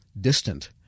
distant